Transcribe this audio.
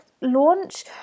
launch